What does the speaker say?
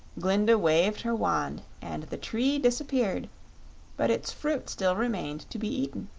glinda waved her wand and the tree disappeared but its fruit still remained to be eaten.